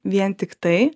vien tiktai